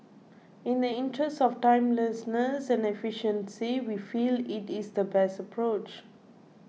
in the interest of timeliness and efficiency we feel it is the best approach